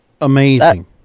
Amazing